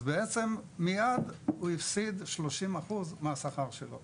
אז בעצם מיד הוא הפסיד כ-30% מהשכר הכולל שלו.